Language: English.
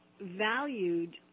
valued